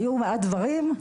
היו מעט דברים,